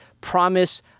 promise